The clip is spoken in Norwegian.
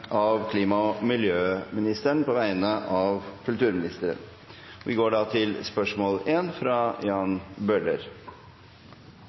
av klima- og miljøministeren på vegne av kulturministeren. Dette spørsmålet, fra representanten Jan Bøhler til